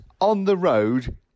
on-the-road